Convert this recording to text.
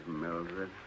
Mildred